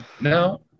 No